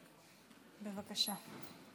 בבקשה.